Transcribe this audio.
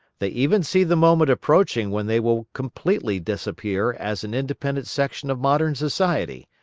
they even see the moment approaching when they will completely disappear as an independent section of modern society,